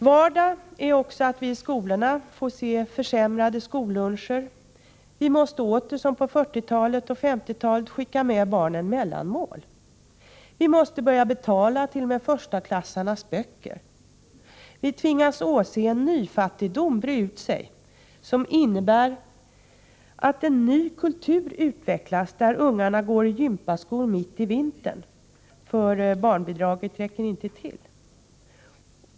Vardag är också att vi i skolorna får se försämrade skolluncher, vi måste åter, som på 1940 och 1950-talen, skicka. med barnen mellanmål. Vi måste börja betala t.o.m. förstaklassarnas böcker. Vi tvingas åse att en nyfattigdom breder ut sig, som innebär att en ny ”kultur” utvecklas, där ungarna går i ”gympaskor” mitt i vintern, därför att barnbidraget inte räcker.